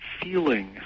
feeling